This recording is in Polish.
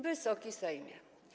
Wysoki Sejmie!